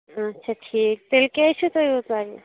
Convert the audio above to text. اَچھا ٹھیٖک تیٚلہِ کیٛازِ چھُ تۅہہِ یوٗتاہ یہِ